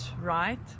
right